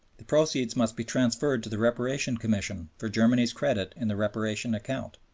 the proceeds must be transferred to the reparation commission for germany's credit in the reparation account.